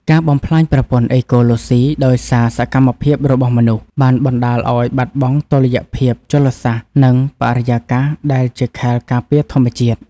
ការបំផ្លាញប្រព័ន្ធអេកូឡូស៊ីដោយសារសកម្មភាពរបស់មនុស្ស បានបណ្ដាលឱ្យបាត់បង់តុល្យភាពជលសាស្ត្រ និងបរិយាកាសដែលជាខែលការពារធម្មជាតិ។